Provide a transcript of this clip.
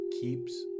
keeps